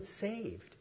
saved